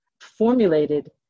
formulated